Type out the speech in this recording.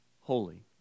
holy